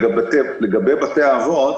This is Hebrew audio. לגבי בתי האבות